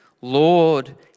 Lord